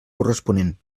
corresponent